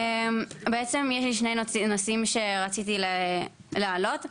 בעצם יש שני נושאים שרציתי לעלות.